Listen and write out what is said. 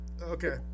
Okay